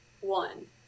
one